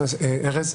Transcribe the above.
ארז.